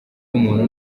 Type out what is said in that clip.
y’umuntu